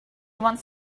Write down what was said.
wants